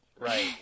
Right